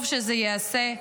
טוב שזה ייעשה.